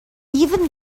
even